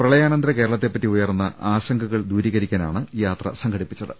പ്രളയാനന്തര കേരളത്തെപ്പറ്റി ഉയർന്ന ആശങ്കകൾ ദൂരീകരിക്കാ നാണ് യാത്ര സംഘടിപ്പിച്ചത്